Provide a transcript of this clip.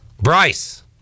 Bryce